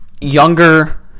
younger